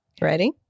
ready